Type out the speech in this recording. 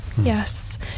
Yes